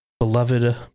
Beloved